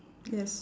yes